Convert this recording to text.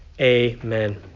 Amen